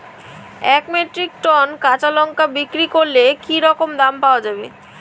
এক metric ton কাঁচা লঙ্কা বিক্রি করলে কি রকম দাম পাওয়া যাবে?